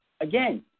Again